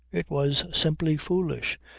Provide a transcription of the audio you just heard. it was simply foolish.